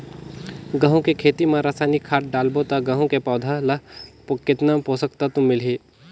गंहू के खेती मां रसायनिक खाद डालबो ता गंहू के पौधा ला कितन पोषक तत्व मिलही?